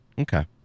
Okay